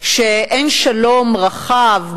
שאין שלום רחב,